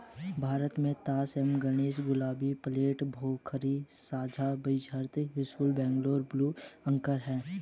भारत में तास ए गणेश, गुलाबी, पेर्लेट, भोकरी, साझा बीजरहित, दिलखुश और बैंगलोर ब्लू अंगूर हैं